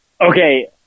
okay